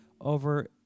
over